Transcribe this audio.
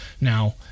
Now